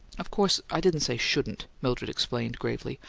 of course i didn't say shouldn't. mildred explained, gravely.